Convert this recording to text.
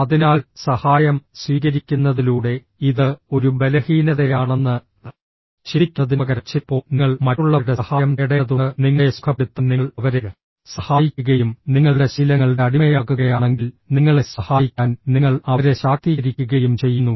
അതിനാൽ സഹായം സ്വീകരിക്കുന്നതിലൂടെ ഇത് ഒരു ബലഹീനതയാണെന്ന് ചിന്തിക്കുന്നതിനുപകരം ചിലപ്പോൾ നിങ്ങൾ മറ്റുള്ളവരുടെ സഹായം തേടേണ്ടതുണ്ട് നിങ്ങളെ സുഖപ്പെടുത്താൻ നിങ്ങൾ അവരെ സഹായിക്കുകയും നിങ്ങളുടെ ശീലങ്ങളുടെ അടിമയാകുകയാണെങ്കിൽ നിങ്ങളെ സഹായിക്കാൻ നിങ്ങൾ അവരെ ശാക്തീകരിക്കുകയും ചെയ്യുന്നു